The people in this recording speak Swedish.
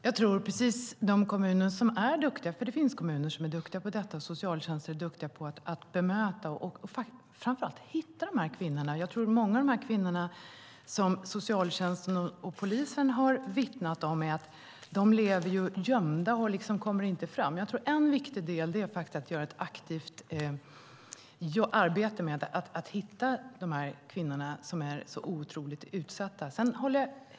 Fru talman! Det finns kommuner och socialtjänster som är duktiga på att hitta och bemöta dessa kvinnor. Socialtjänst och polis har vittnat om att många av dem lever gömda och inte kommer fram, så en viktig del är att göra ett aktivt arbete för att hitta dessa otroligt utsatta kvinnor.